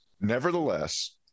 Nevertheless